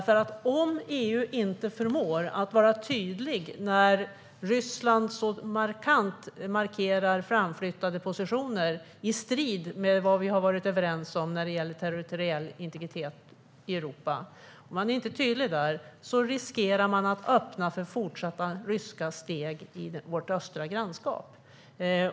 För om EU inte förmår att vara tydligt när Ryssland så tydligt markerar framflyttade positioner, i strid med vad vi har varit överens om när det gäller territoriell integritet i Europa - EU är inte tydligt där - riskerar man att öppna för fortsatta ryska steg i vårt östra grannskap.